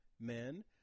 men